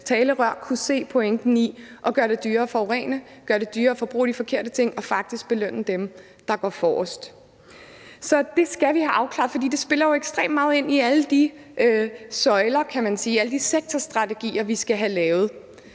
talerør kunne se pointen i at gøre det dyrere at forurene, gøre det dyrere at bruge de forkerte ting og faktisk belønne dem, der går forrest. Så det skal vi have afklaret, for det spiller jo ekstremt meget ind i alle de søjler, kan man sige, alle de sektorstrategier, vi skal have lavet.